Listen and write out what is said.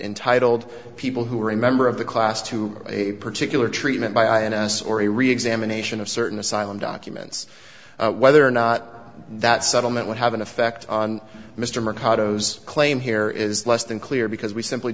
entitled people who were a member of the class to a particular treatment by and s orry reexamination of certain asylum documents whether or not that settlement would have an effect on mr mercado's claim here is less than clear because we simply